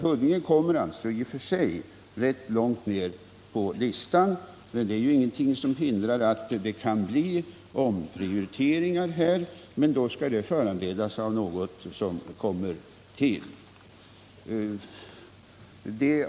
Huddinge kommer alltså i och för sig långt ner på listan, men det är ingenting som hindrar att det kan bli omprioriteringar — men det skall föranledas av något tillkommande skäl.